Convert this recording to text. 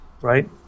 right